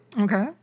Okay